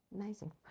Amazing